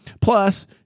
Plus